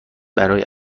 برای